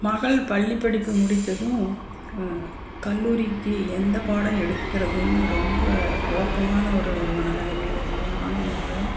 மகள் பள்ளிப் படிப்பு முடித்ததும் கல்லூரிக்கு எந்த பாடம் எடுக்கிறதுன்னு ரொம்ப குழப்பமான ஒரு மன நிலைமையில இருந்தோம் நானும் மகளும்